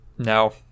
No